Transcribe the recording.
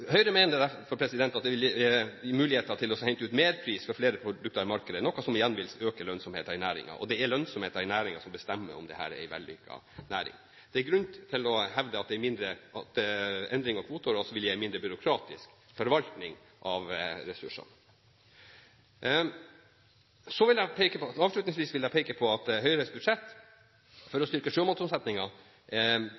Høyre mener derfor det vil gi muligheter til å hente ut merpris for flere produkter i markedet, noe som igjen vil øke lønnsomheten i næringen. Det er lønnsomheten i næringen som bestemmer om dette er en vellykket næring. Det er grunn til å hevde at en endring av kvoteåret også vil gi en mindre byråkratisk forvaltning av ressursene. Avslutningsvis vil jeg peke på at Høyre i budsjettet – for å styrke sjømatomsetningen – bevilger 10 mill. kr til Eksportutvalget for